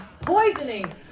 poisoning